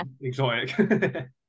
exotic